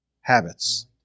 Habits